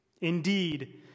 Indeed